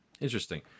interesting